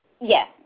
Yes